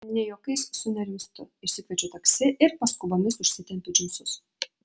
ne juokais sunerimstu išsikviečiu taksi ir paskubomis užsitempiu džinsus